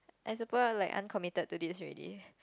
as a pro I am like uncommitted to this already